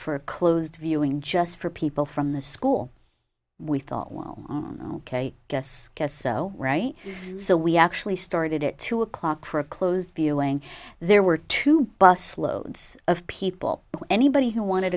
for a closed viewing just for people from the school we thought well ok guess guess so right so we actually started at two o'clock for a closed viewing there were two bus loads of people anybody who wanted